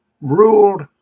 ruled